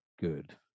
good